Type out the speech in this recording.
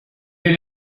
est